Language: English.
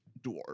dwarf